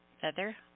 Feather